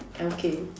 okay